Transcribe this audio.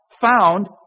found